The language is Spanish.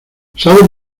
sabes